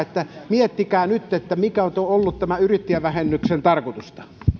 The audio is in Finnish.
miettikää nyt mikä on ollut tämän yrittäjävähennyksen tarkoitus